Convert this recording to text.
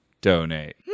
donate